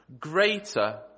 greater